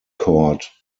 court